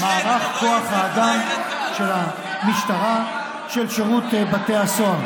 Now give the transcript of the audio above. את מערך כוח האדם של המשטרה, של שירות בתי הסוהר,